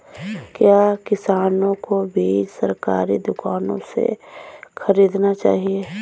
क्या किसानों को बीज सरकारी दुकानों से खरीदना चाहिए?